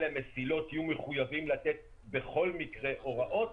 המסילות יהיו מחויבים לתת בכל מקרה הוראות,